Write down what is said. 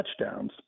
touchdowns